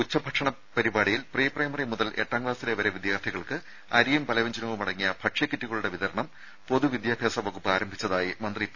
ദരര സ്കൂൾ കുട്ടികളുടെ ഉച്ചഭക്ഷണ പരിപാടിയിൽ പ്രീ പ്രൈമറി മുതൽ എട്ടാം ക്ലാസിലെ വരെ വിദ്യാർത്ഥികൾക്ക് അരിയും പലവ്യഞ്ജനവുമടങ്ങിയ ഭക്ഷ്യകിറ്റുകളുടെ വിതരണം പൊതു വിദ്യാഭ്യാസ വകുപ്പ് ആരംഭിച്ചതായി മന്ത്രി പി